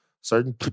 certain